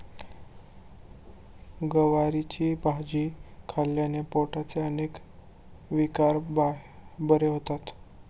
गवारीची भाजी खाल्ल्याने पोटाचे अनेक विकार बरे होतात